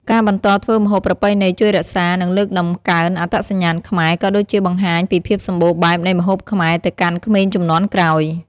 ការបន្តធ្វើម្ហូបប្រពៃណីជួយរក្សា និងលើកតម្កើងអត្តសញ្ញាណខ្មែរ ក៏ដូចជាបង្ហាញពីភាពសម្បូរបែបនៃម្ហូបខ្មែរទៅកាន់ក្មេងជំនាន់ក្រោយ។